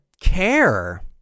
care